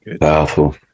powerful